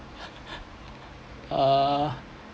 uh